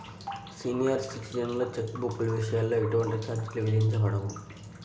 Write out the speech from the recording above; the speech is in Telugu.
సీనియర్ సిటిజన్లకి చెక్ బుక్ల విషయంలో ఎటువంటి ఛార్జీలు విధించబడవు